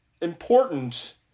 important